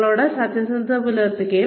നിങ്ങളോട് സത്യസന്ധത പുലർത്തുക